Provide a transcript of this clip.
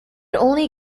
only